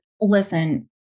listen